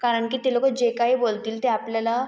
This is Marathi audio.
कारण की ते लोकं जे काही बोलतील ते आपल्याला